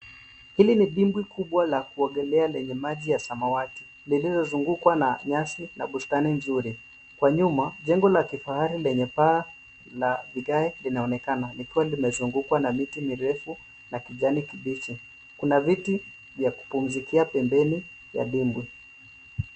Hili ni dimbwi kubwa la kuogelea lenye rangi ya samawati lililozungukwa na nyasi na bustani nzuri. Kwa nyuma, jengo la kifahari lenye paa na vigae linaonekana likiwa limezungukwa na miti mirefu na kijani kibichi. Kuna viti vya kupumzikia pembeni mwa dimbwi.